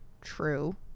true